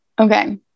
Okay